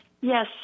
Yes